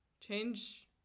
Change